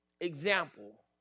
example